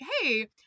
Hey